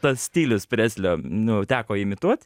tas stilius preslio nu teko imituot